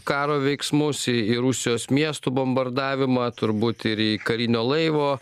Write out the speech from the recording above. karo veiksmus į į rusijos miestų bombardavimą turbūt ir į karinio laivo